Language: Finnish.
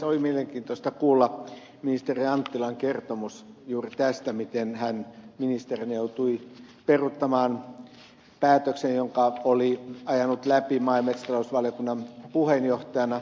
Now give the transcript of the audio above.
oli mielenkiintoista kuulla ministeri anttilan kertomus juuri tästä miten hän ministerinä joutui peruuttamaan päätöksen jonka oli ajanut läpi maa ja metsätalousvaliokunnan puheenjohtajana